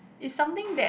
is something that